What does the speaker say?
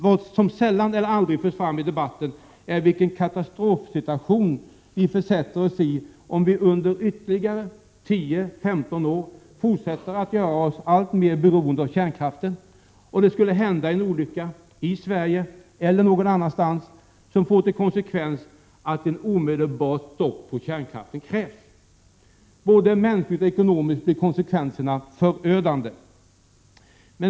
Vad som sällan eller aldrig förs fram i debatten är vilken katastrofsituation vi försätter oss i, om vi under ytterligare 10-15 år fortsätter att göra oss alltmer beroende av kärnkraften och det skulle hända en olycka i Sverige eller någon annanstans, som får till konsekvens att ett omedelbart stopp på kärnkraften krävs. Både mänskligt och ekonomiskt blir konsekvenserna förödande.